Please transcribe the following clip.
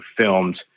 filmed